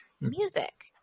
music